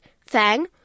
Fang